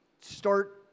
start